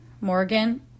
Morgan